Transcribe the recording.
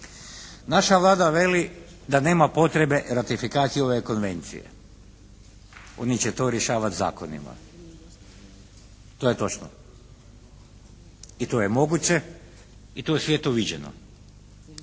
Naša Vlada veli da nema potrebe ratifikacije ove konvencije. Oni će to rješavati zakonima. To je točno i to je moguće i to je u svijetu viđeno.